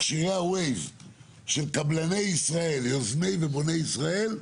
מכשירי הווייז של קבלני ישראל, יוזמי ובוני ישראל,